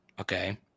okay